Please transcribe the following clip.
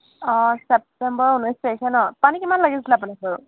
অঁ চেপ্তেম্বৰৰ ঊনৈছ তাৰিখে ন পানী কিমান লাগিছিলে আপোনাক বাৰু